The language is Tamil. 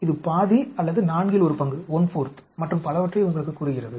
இது பாதி அல்லது நான்கில் ஒரு பங்கு மற்றும் பலவற்றை உங்களுக்குக் கூறுகிறது